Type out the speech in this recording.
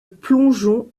plongeon